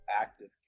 active